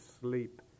sleep